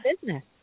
business